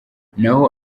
naho